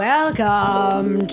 Welcome